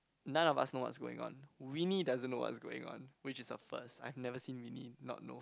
none of us know what's going on Winnie doesn't know what's going on which is her first I've never seen Winnie not know